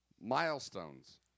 Milestones